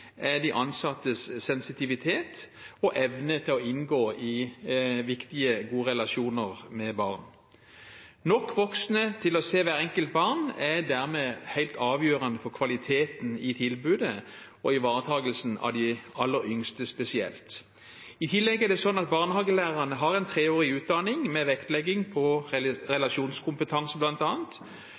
er de ansattes sensitivitet og evne til å inngå i viktige, gode relasjoner med barn. Nok voksne til å se hvert enkelt barn er dermed helt avgjørende for kvaliteten i tilbudet og ivaretakelsen av spesielt de aller yngste. I tillegg: Barnehagelærerne har en treårig utdanning med vektlegging på bl.a. relasjonskompetanse